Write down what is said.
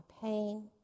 pain